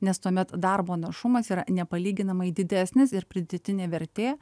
nes tuomet darbo našumas yra nepalyginamai didesnis ir pridėtinė vertė